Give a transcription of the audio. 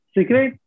Secret